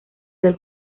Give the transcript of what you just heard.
del